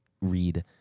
read